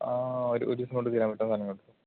ആ ഒരു ദിവസം കൊണ്ട് തീരാവുന്ന സാധനങ്ങളെ ഉള്ളു